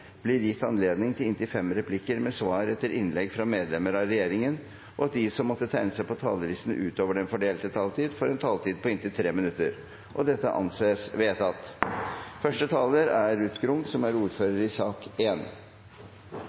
blir gitt anledning til inntil fem replikker med svar etter innlegg fra medlemmer av regjeringen, og at de som måtte tegne seg på talerlisten utover den fordelte taletid, får en taletid på inntil 3 minutter. – Det anses vedtatt. Som presidenten nevnte, har komiteen behandlet de to representantforslagene under ett. I